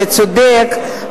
זה צודק,